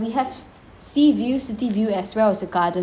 sea view city view as well as a garden view